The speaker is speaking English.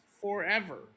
forever